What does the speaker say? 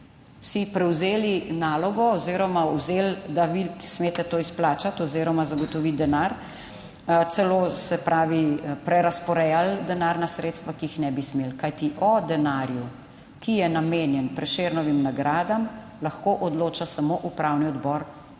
si prevzeli nalogo oziroma vzeli, da vi smete to izplačati oziroma zagotoviti denar. Celo, se pravi, prerazporejali denarna sredstva, ki jih ne bi smeli, kajti o denarju, ki je namenjen Prešernovim nagradam, lahko odloča samo Upravni odbor